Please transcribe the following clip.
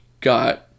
got